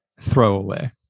throwaway